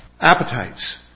Appetites